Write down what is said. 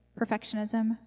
perfectionism